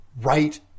right